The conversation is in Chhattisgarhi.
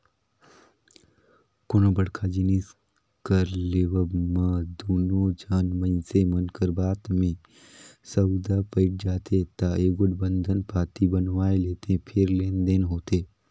कोनो बड़का जिनिस कर लेवब म दूनो झन मइनसे मन कर बात में सउदा पइट जाथे ता एगोट बंधन पाती बनवाए लेथें फेर लेन देन होथे